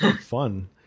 Fun